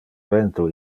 vento